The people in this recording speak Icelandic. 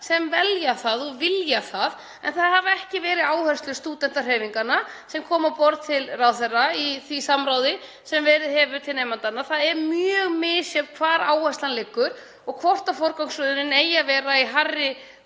sem velur það og vill það, en það hafa ekki verið þær áherslur stúdentahreyfinganna sem hafa komið á borð til ráðherra í því samráði sem verið hefur til nemendanna. Það er mjög misjafnt hvar áherslan liggur og hvort forgangsröðunin eigi að vera í hærri